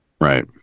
right